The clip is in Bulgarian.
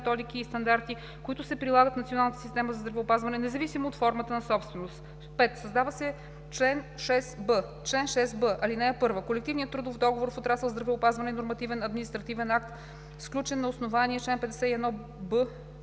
методики и стандарти, които се прилагат в Националната система за здравеопазване независимо от формата на собственост.“ 5. Създава се чл. 6б: „Чл. 6б. (1) Колективният трудов договор в отрасъл „Здравеопазване“ е нормативен административен акт, сключен на основание чл. 51б